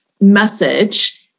message